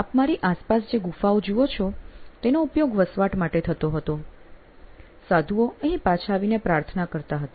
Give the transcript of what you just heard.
આપ મારી આસપાસ જે ગુફાઓ જુઓ છો તેનો ઉપયોગ વસવાટ માટે થતો હતો સાધુઓ અહીં પાછા આવીને પ્રાર્થના કરતા હતા